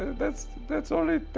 that's that's only